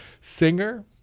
singer